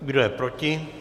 Kdo je proti?